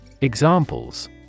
Examples